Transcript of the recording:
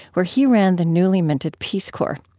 where he ran the newly-minted peace corps.